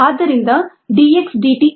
ಆದ್ದರಿಂದ dx dt equals mu x ಇನ್ನೂ ಮಾನ್ಯವಾಗಿದೆ